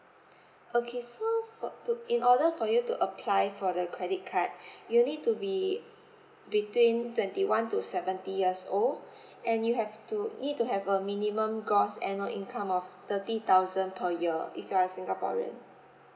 okay so for to in order for you to apply for the credit card you need to be between twenty one to seventy years old and you have to need to have a minimum gross annual income of thirty thousand per year if you are singaporean